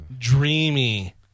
Dreamy